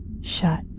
shut